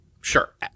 Sure